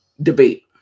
debate